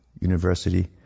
University